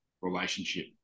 relationship